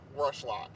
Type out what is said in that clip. Rushlock